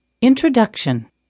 Introduction